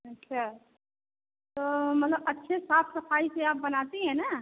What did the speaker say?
अच्छा तो मतलब अच्छे साफ़ सफ़ाई से आप बनाती हैं ना